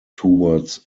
towards